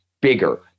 bigger